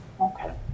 Okay